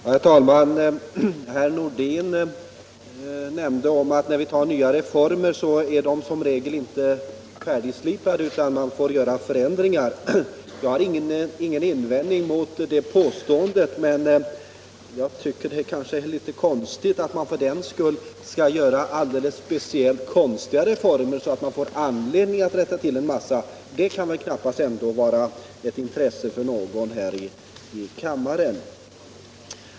Herr talman! Herr Nordin nämnde att när vi tar nya reformer är de som regel inte färdigslipade utan man får göra förändringar. Jag har ingen invändning mot det påståendet, men jag tycker att det är litet egendomligt om man för den skull skall göra alldeles speciellt konstiga reformer så att man får anledning att rätta till en massa oformligheter. Det kan knappast vara ett intresse för någon här i kammaren.